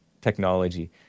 technology